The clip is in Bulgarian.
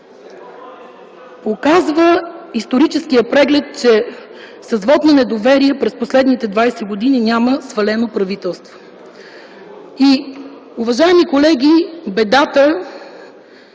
доказахме. Историческият преглед показва, че с вот на недоверие през последните 20 години няма свалено правителство. Уважаеми колеги, бедата